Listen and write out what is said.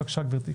בבקשה, גברתי.